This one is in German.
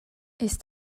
ist